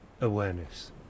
awareness